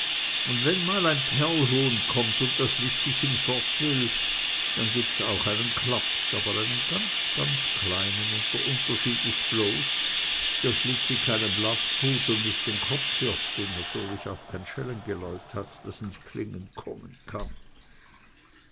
und wenn mal ein perlhuhn kommt und das lizzichen fort will dann gibt es auch einen klaps aber einen ganz ganz kleinen und der unterschied ist bloß daß lizzi keinen blaff tut und nicht den kopf wirft und natürlich auch kein schellengeläut hat das ins klingen kommen kann